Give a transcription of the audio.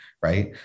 right